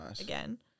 again